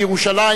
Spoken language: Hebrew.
לירושלים,